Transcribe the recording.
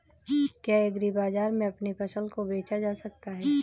क्या एग्रीबाजार में अपनी फसल को बेचा जा सकता है?